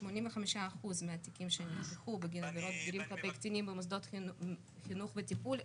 85% מהתיקים שנפתחו בגין עבירות כלפי קטינים במוסדות חינוך וטיפול,